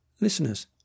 Listeners